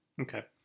okay